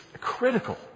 critical